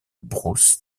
brousse